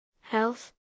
Health